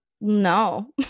No